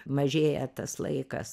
mažėja tas laikas